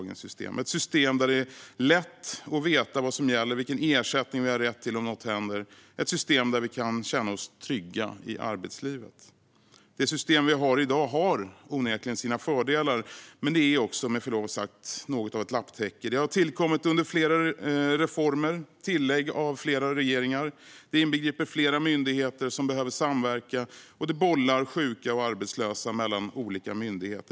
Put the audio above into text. Det handlar om att införa ett system där det är lätt att veta vad som gäller och vilken ersättning vi har rätt till om något händer - ett system där vi kan känna oss trygga i arbetslivet. Det system vi har i dag har onekligen sina fördelar, men det är också - med förlov sagt - något av ett lapptäcke. Det har tillkommit genom flera reformer och tillägg av flera regeringar. Det inbegriper flera myndigheter som behöver samverka, och det bollar sjuka och arbetslösa mellan olika myndigheter.